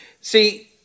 See